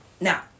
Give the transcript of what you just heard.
Now